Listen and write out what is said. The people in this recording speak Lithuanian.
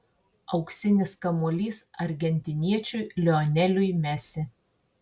auksinis kamuolys argentiniečiui lioneliui messi